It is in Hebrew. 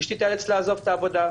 אשתי תיאלץ לעזוב את העבודה,